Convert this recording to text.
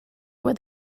where